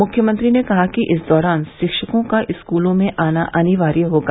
मुख्यमंत्री ने कहा कि इस दौरान शिक्षकों का स्कूलों में आना अनिवार्य होगा